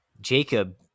Jacob